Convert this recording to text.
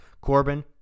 Corbin